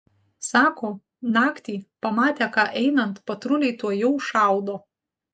sako naktį pamatę ką einant patruliai tuojau šaudo